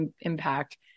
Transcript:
impact